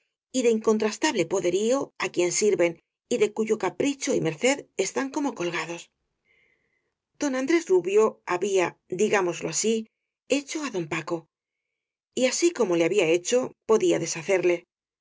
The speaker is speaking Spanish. y de incontrastable poderío á quien sirven y de cuyo capricho y mer ced están como colgados don andrés rubio ha bía digámoslo así hecho á don paco y así como le había hecho podía deshacerle